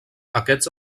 aquests